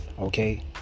Okay